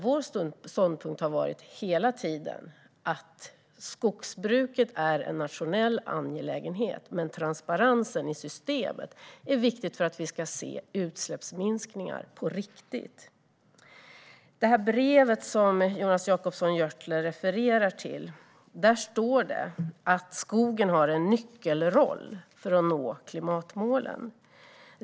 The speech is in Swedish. Vår ståndpunkt har hela tiden varit att skogsbruket är en nationell angelägenhet, men transparensen i systemet är viktig för att vi ska se utsläppsminskningar på riktigt. I det brev Jonas Jacobsson Gjörtler refererar till står det att skogen har en nyckelroll för att nå klimatmålen.